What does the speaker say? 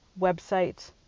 website